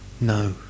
no